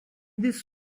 this